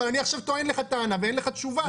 אבל אני עכשיו טוען לך טענה ואין לך תשובה.